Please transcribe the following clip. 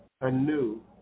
anew